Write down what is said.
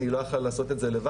היא לא יכלה לעשות את זה לבד,